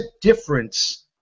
difference